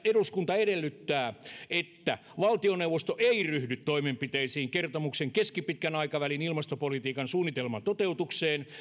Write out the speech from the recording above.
eduskunta edellyttää että valtioneuvosto ei ryhdy toimenpiteisiin kertomuksen keskipitkän aikavälin ilmastopolitiikan suunnitelman toteuttamiseksi